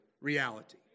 reality